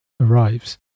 arrives